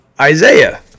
Isaiah